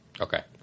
Okay